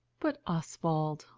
but, oswald,